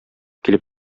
килеп